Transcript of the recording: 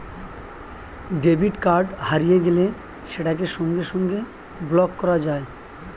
debit card হারিয়ে গেলে সেটাকে সঙ্গে সঙ্গে ব্লক করা যায়